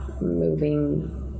moving